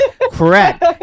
Correct